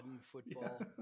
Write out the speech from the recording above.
football